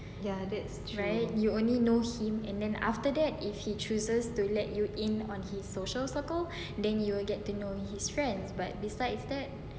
right you only know him and after that if he chooses to let you in on his social circle then you will get to know his friends but besides that